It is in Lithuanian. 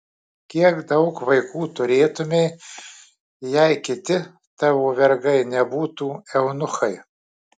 kiek daug vaikų turėtumei jei kiti tavo vergai nebūtų eunuchai